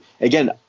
Again